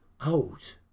out